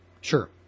Sure